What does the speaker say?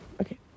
Okay